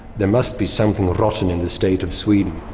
there must be something rotten in the state of sweden.